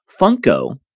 Funko